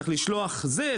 צריך לשלוח זה,